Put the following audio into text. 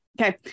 okay